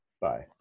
Bye